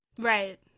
Right